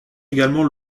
également